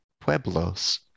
pueblos